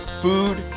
food